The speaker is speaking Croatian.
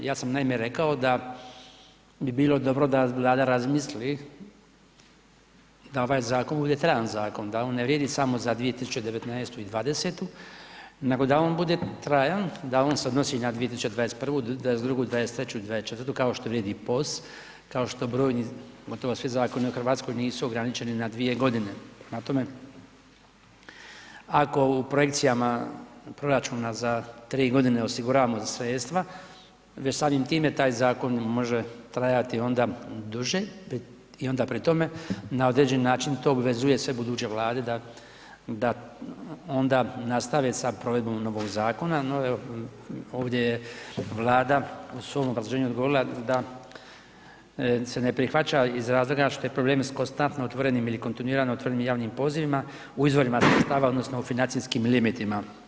Ja sam naime rekao da bi bilo dobro da Vlada razmisli da ovaj zakon bude trajan zakon, da on ne vrijedi samo za 2019. i 2020. nego da on bude trajan, da on se odnosi na 2021., 2022., 2023., 2024. kao što vrijedi i POS, kao što brojni gotovo svi zakoni u Hrvatskoj nisu ograničeni na 2 g. prema tome ako u projekcijama proračuna za 3 g. osiguramo sredstva, već samim time taj zakon može trajati onda duže i onda pri tome na određeni način to obvezuje sve buduće Vlade da onda nastave sa provedbom novog zakona, no ovdje je Vlada u svom obrazloženju odgovorila da se ne prihvaća iz razloga što je problem sa konstantno otvorenim ili kontinuirano otvorenim javnim pozivima, u izvorima sredstava odnosno u financijskim limitima.